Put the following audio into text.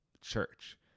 church